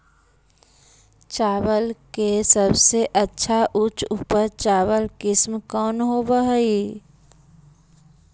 चावल के सबसे अच्छा उच्च उपज चावल किस्म कौन होव हई?